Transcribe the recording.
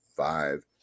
five